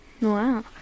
Wow